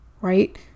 right